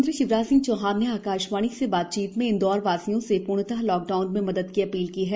मुख्यमंत्री शिवराज सिंह चौहान ने आकाशवाणी से बातचीत में इंदौरवासियों से पूर्णत लॉकडाउन में मदद की अपील की है